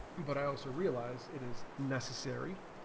but i also realize it is necessary